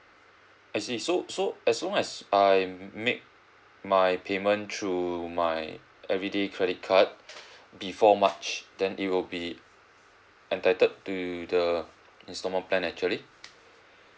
I see so so as long as I make my payment through my everyday credit card before march then it will be entitled to the installment plan actually